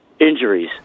injuries